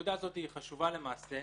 הנקודה הזאת חשובה למעשה.